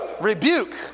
Rebuke